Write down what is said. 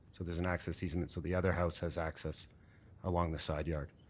so there's an access easement so the other house has access along the side yard.